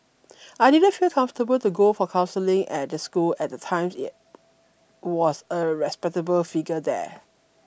I didn't feel comfortable to go for counselling at the school at the time yet was a respectable figure there